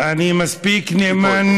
אני מספיק נאמן